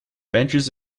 benches